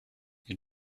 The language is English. you